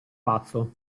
pazzo